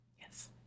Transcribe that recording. yes